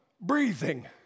breathing